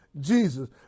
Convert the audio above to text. Jesus